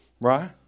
Right